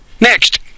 Next